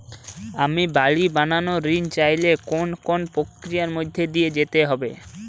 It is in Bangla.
আমি বাড়ি বানানোর ঋণ চাইলে কোন কোন প্রক্রিয়ার মধ্যে দিয়ে যেতে হবে?